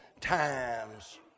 times